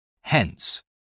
hence